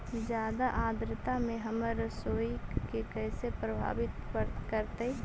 जादा आद्रता में हमर सरसोईय के कैसे प्रभावित करतई?